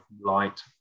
light